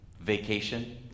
vacation